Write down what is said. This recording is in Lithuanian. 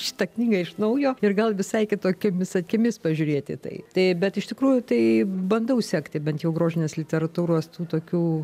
šitą knygą iš naujo ir gal visai kitokiomis akimis pažiūrėti į tai tai bet iš tikrųjų tai bandau sekti bent jau grožinės literatūros tų tokių